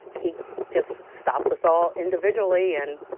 he just stopped us all individually and,